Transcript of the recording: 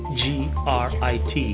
grit